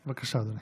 בבקשה, אדוני.